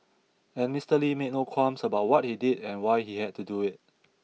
and Mister Lee made no qualms about what he did and why he had to do it